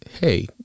Hey